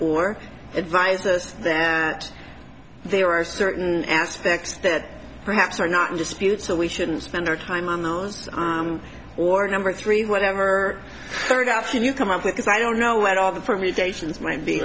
or advise us that there are certain aspects that perhaps are not in dispute so we shouldn't spend our time on the war number three whatever third option you come up with is i don't know what all the permutations might be